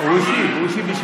הוא השיב בשלילה.